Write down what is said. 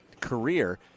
career